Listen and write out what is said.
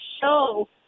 show